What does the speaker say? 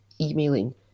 emailing